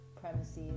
premises